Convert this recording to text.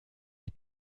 les